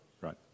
right